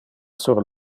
sur